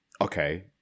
okay